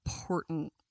important